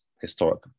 historic